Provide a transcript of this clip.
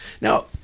Now